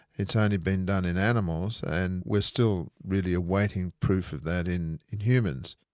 it's only been done in animals, and we're still really awaiting proof of that in in humans.